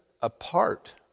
apart